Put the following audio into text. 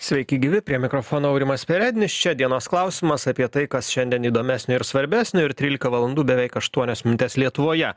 sveiki gyvi prie mikrofono aurimas perednis čia dienos klausimas apie tai kas šiandien įdomesnio ir svarbesnio ir trylika valandų beveik aštuonios minutės lietuvoje